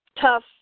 tough